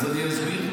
אני אסביר.